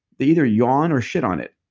they either yawn or shit on it.